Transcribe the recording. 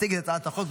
להציג את הצעת החוק.